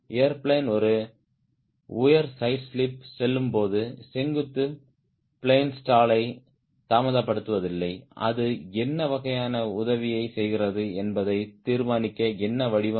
airplane ஒரு உயர் side slip செல்லும் போது செங்குத்து பிளேன் ஸ்டாலை தாமதப்படுத்துவதில் அது என்ன வகையான உதவியை செய்கிறது என்பதை தீர்மானிக்க என்ன வடிவம்